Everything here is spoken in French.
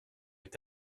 est